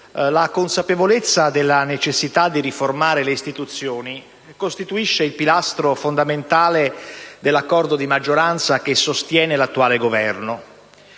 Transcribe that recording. la consapevolezza della necessità di riformare le istituzioni costituisce il pilastro fondamentale dell'accordo di maggioranza che sostiene l'attuale Governo.